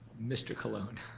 mr. colon?